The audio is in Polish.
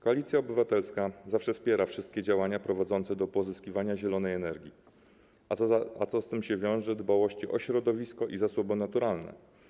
Koalicja Obywatelska zawsze wspiera wszystkie działania prowadzące do pozyskiwania zielonej energii, a co z tym się wiąże - dbałość o środowisko i zasoby naturalne.